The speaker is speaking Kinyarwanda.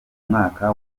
mwaka